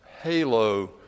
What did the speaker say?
halo